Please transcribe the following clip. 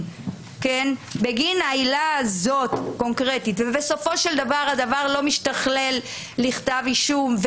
בגין העילה הזאת ובסופו של דבר זה לא משתכלל לכתב אישום,